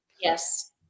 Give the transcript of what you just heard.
Yes